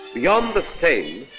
beyond the seine,